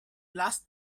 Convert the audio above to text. last